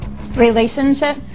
relationship